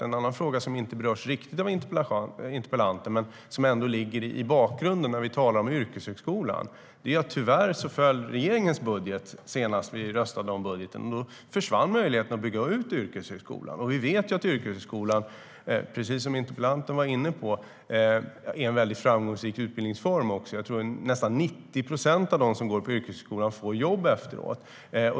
En fråga som inte berörs av interpellanten men som ligger i bakgrunden när vi talar om yrkeshögskolan är att när regeringens budget tyvärr föll försvann möjligheten att bygga ut yrkeshögskolan. Precis som interpellanten var inne på vet vi att yrkeshögskolan är en framgångsrik utbildningsform. Nästan 90 procent av dem som går yrkeshögskola får jobb efteråt.